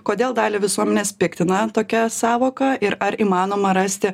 kodėl dalį visuomenės piktina tokia sąvoka ir ar įmanoma rasti